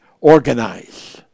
organize